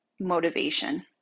motivation